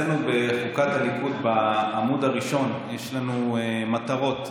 אצלנו בחוקת הליכוד, בעמוד הראשון, יש לנו מטרות.